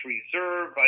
Reserve